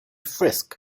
frisch